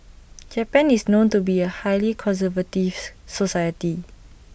Japan is known to be A highly conservative society